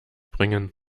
bringen